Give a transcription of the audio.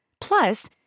Plus